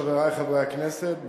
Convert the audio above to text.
חברי חברי הכנסת,